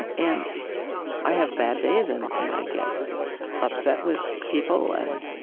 and and i have bad days, and and i get upset with people, and